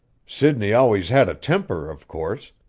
sidney always had a temper, of course,